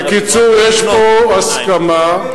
בקיצור, יש פה הסכמה,